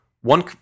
one